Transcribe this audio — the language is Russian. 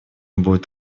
будет